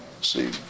See